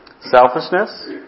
Selfishness